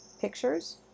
pictures